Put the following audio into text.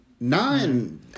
nine